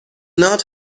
not